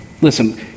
Listen